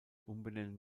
umbenennung